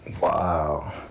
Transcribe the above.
Wow